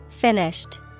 Finished